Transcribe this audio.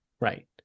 Right